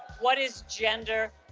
what is gender?